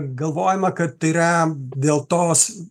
galvojama kad tai yra dėl tos